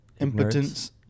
impotence